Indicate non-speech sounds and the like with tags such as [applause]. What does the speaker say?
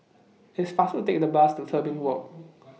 It's faster to Take The Bus to Tebing Walk [noise]